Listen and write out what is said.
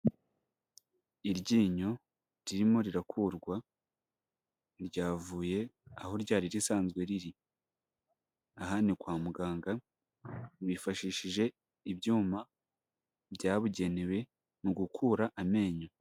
Iryinyo ririmo rirakurwa, ryavuye aho ryari risanzwe riri, aha ni kwa muganga bifashishije ibyuma byabugenewe, mu gukura amenyo.